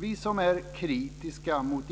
Vi i Vänsterpartiet är kritiska mot